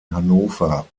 hannover